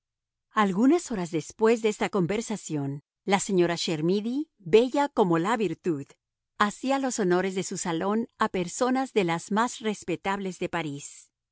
algunas horas después de esta conversación la señora chermidy bella como la virtud hacía los honores de su salón a personas de las más respetables de parís